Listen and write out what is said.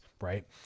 right